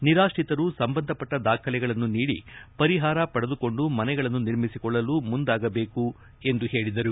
ನಿರಾಶ್ರಿತರು ಸಂಬಂಧಪಟ್ಟ ದಾಖಲೆಗಳನ್ನು ನೀಡಿ ಪರಿಹಾರ ಪಡೆದುಕೊಂಡು ಮನೆಗಳನ್ನು ನಿರ್ಮಿಸಿಕೊಳ್ಳಲು ಮುಂದಾಗಬೇಕು ಎಂದರು